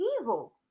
evil